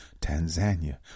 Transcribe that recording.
Tanzania